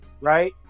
right